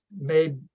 made